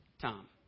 Tom